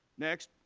next,